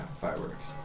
fireworks